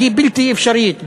היא בלתי אפשרית,